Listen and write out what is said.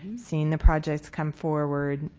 seeing the projects come forward,